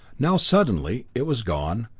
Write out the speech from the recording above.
now suddenly, it was gone,